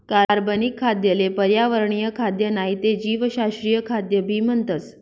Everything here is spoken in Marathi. कार्बनिक खाद्य ले पर्यावरणीय खाद्य नाही ते जीवशास्त्रीय खाद्य भी म्हणतस